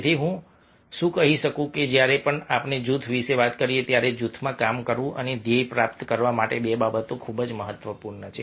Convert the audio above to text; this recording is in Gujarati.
તેથી હું શું કહી શકું કે જ્યારે પણ આપણે જૂથ વિશે વાત કરીએ છીએ ત્યારે જૂથમાં કામ કરવું અને ધ્યેય પ્રાપ્ત કરવા માટે બે બાબતો ખૂબ જ મહત્વપૂર્ણ છે